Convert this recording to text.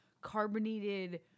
carbonated